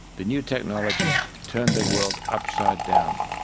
the new technology turned their world upside down.